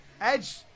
Edge